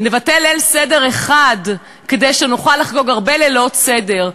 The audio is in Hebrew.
נבטל ליל סדר אחד כדי שנוכל לחגוג הרבה לילות סדר.